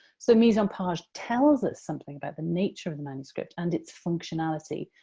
so mise-en-page tells us something about the nature of the manuscript and its functionality.